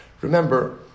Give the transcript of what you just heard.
Remember